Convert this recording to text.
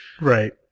Right